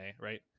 right